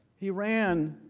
he ran